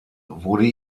wurde